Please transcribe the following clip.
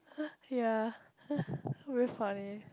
ya very funny